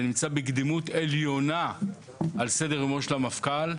זה נמצא בקדימות עליונה על סדר יומו של המפכ״ל.